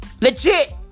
Legit